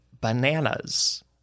bananas